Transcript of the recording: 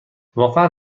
واقعا